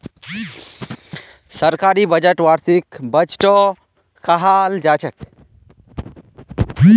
सरकारी बजटक वार्षिक बजटो कहाल जाछेक